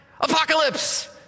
Apocalypse